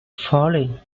falling